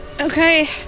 Okay